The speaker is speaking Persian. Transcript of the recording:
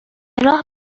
راه